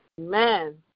Amen